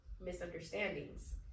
misunderstandings